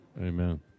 Amen